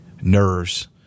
nerves